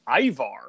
Ivar